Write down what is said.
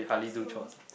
so